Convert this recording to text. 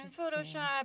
Photoshop